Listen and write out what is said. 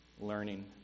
learning